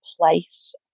place